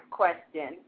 question